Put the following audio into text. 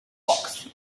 quarks